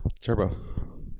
turbo